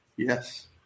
yes